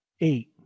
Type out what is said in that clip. eight